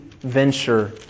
venture